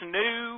new